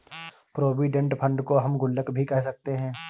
provident fund को हम गुल्लक भी कह सकते हैं